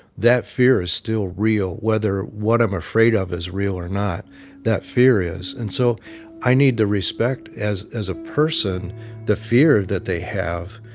that fear is still real whether what i'm afraid of is real or not that fear is. and so i need to respect as as a person the fear that they have,